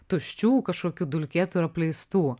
tuščių kažkokių dulkėtų ir apleistų